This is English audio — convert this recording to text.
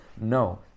No